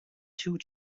two